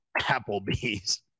Applebee's